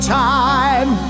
time